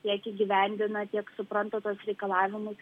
tiek įgyvendina tiek supranta tuos reikalavimus